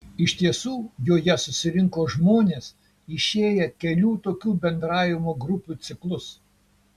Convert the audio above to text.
iš tiesų joje susirinko žmonės išėję kelių tokių bendravimo grupių ciklus